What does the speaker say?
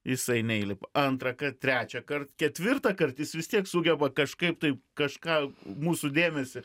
jisai neįlipa antrąkart trečiąkart ketvirtą kart jis vis tiek sugeba kažkaip taip kažką mūsų dėmesį